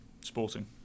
Sporting